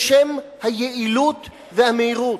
בשם היעילות והמהירות.